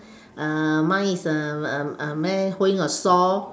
mine is a a a man holding a saw